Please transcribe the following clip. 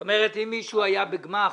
זאת אומרת שאם מישהו היה בגמ"ח,